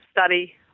study